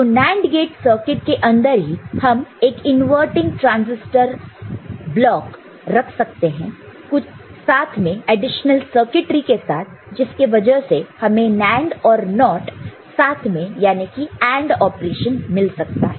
तो NAND gate circuit के अंदर ही हम एक इनवर्टिंग ट्रांजिस्टर ब्लॉक रख सकते हैं कुछ साथ में एडिशनल सर्किटरी के साथ जिसके वजह से हमें NAND और NOT साथ में याने की AND ऑपरेशन मिल सकता है